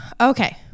Okay